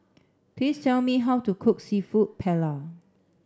please tell me how to cook Seafood Paella